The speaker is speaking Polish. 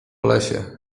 lesie